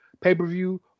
pay-per-view